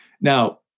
Now